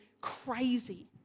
crazy